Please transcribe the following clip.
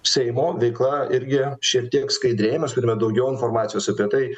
seimo veikla irgi šiek tiek skaidrėja mes turime daugiau informacijos apie tai